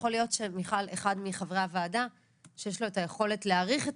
יכול להיות מיכל שאחד מחברי הוועדה שיש לו את היכולת להעריך את